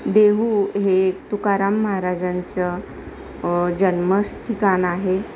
देहू हे तुकाराम महाराजांचं जन्म ठिकाण आहे